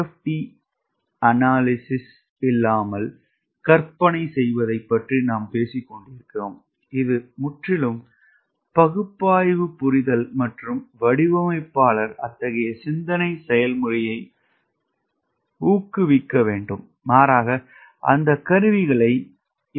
D இல்லாமல் கற்பனை செய்வதைப் பற்றி நாம் பேசிக் கொண்டிருக்கிறோம் இது முற்றிலும் பகுப்பாய்வு புரிதல் மற்றும் வடிவமைப்பாளர் அத்தகைய சிந்தனை செயல்முறையை ஊக்குவிக்க வேண்டும் மாறாக அந்த கருவிகளை எஃப்